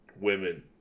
women